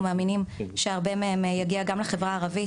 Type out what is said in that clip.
מאמינים שהרבה מהם גם יגיעו לחברה הערבית.